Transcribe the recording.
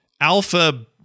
alpha